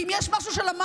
כי אם יש משהו שלמדנו,